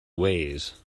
ways